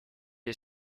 est